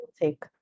take